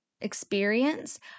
experience